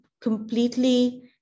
completely